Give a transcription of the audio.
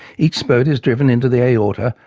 each spurt is driven into the aorta,